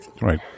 right